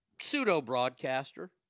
pseudo-broadcaster